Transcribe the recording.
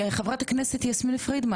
חברת הכנסת יסמין פרידמן,